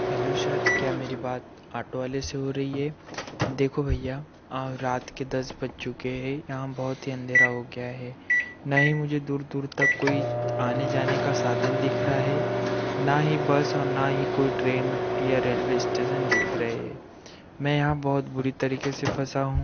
hello sir क्या मेरी बात आटो वाले से हो रही है देखो भैया आं रात के दस बज चुके हैं यहाँ बहुत ही अँधेरा हो गया है न ही मुझे दूर दूर तक कोई आने जाने का साधन दिख रहा है ना ही बस और ना ही कोई ट्रेन या रेलवे स्टेशन दिख रहे हैं मैं यहाँ बहुत बुरी तरीके से फँसा हूँ